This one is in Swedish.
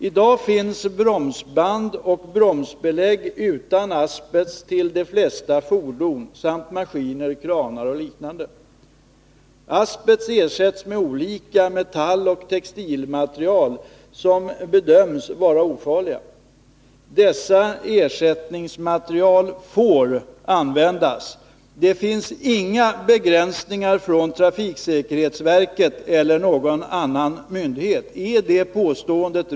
I dag finns bromsband och bromsbelägg utan asbest till de flesta fordon samt maskiner, kranar och liknande. Asbest ersätts med olika metalloch textilmaterial som bedöms vara ofarliga. Dessa ersättningsmaterial får användas. Det finns inga begränsningar från trafiksäkerhetsverkets eller någon annan myndighets sida när det gäller sådan användning.